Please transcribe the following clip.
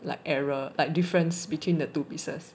like error like difference between the two pieces